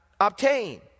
obtain